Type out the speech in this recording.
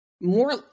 more